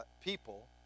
people